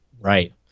Right